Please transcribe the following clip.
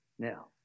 Now